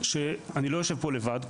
לא יושב פה לבד,